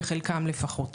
בחלקם לפחות.